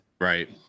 Right